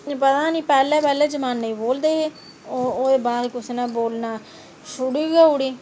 पता गै नेईं पैह्ले पैह्ले जमानै च बोलदे हे ओह्दे बाद कुसै नै बोलना छुड़ी गै ओड़ी